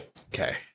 Okay